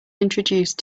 introduce